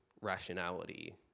rationality